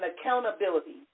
accountability